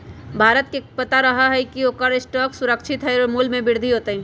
धारक के पता रहा हई की ओकर स्टॉक सुरक्षित हई और मूल्य में वृद्धि होतय